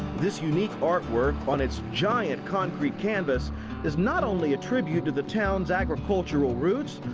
this unique artwork on its giant concrete canvas is not only a tribute to the town's agricultural roots,